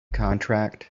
contract